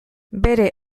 bere